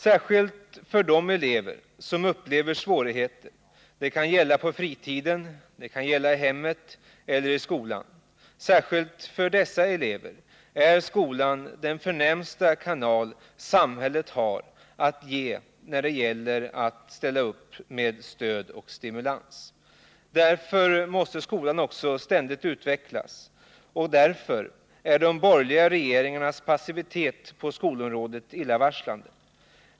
Särskilt för de elever som har svårigheter — det kan gälla under fritiden, i hemmet eller i skolan — är skolan den förnämsta kanal som samhället har när det gäller stöd och stimulans. Därför måste skolan ständigt utvecklas, och därför är de borgerliga regeringarnas passivitet på skolområdet illavarslande.